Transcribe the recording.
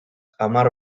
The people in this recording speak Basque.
hamar